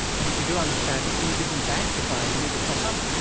and if you do understand it, can you give them back if i need a top up?